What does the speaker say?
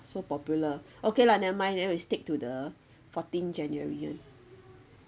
so popular okay lah never mind then we stick to the fourteen january